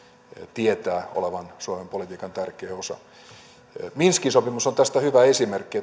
tietää sen olevan suomen politiikan tärkeä osa minskin sopimus on tästä hyvä esimerkki